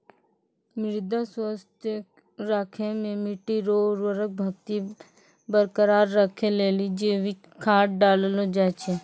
मृदा स्वास्थ्य राखै मे मट्टी रो उर्वरा शक्ति बरकरार राखै लेली जैविक खाद डाललो जाय छै